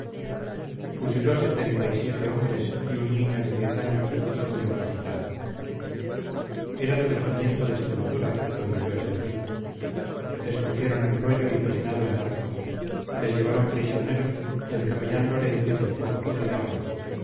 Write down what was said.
fusiló setenta y siete hombres y un niño de diez años hijo de un capitán eran del regimiento de extremadura donde yo he servido les cogieron el royo y peinado en arcos les llevaban prisioneros y el capellán lorente propuso fusilarlos